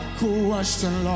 question